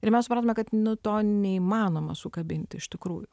ir mes suprantame kad nu to neįmanoma sukabinti iš tikrųjų